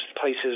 places